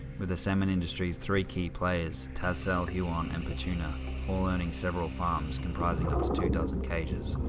with the salmon industry's three key players tassal, huon and petuna all owning several farms comprising up to two dozen cages.